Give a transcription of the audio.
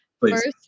First